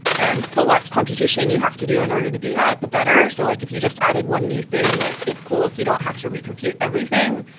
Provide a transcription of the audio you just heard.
and the less computation and you have to do in order to do that, the better. so like if you just added one new thing, like it's cool if you don't have to re-compute everything.